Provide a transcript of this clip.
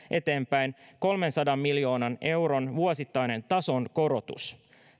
eteenpäin kolmensadan miljoonan euron vuosittainen tasonkorotus